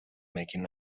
making